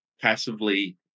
passively